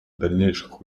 дальнейших